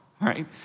right